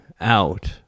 out